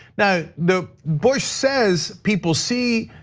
now you know bush says people see,